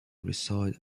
resides